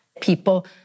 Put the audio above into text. People